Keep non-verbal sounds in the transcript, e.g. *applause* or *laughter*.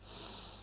*breath*